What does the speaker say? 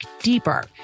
deeper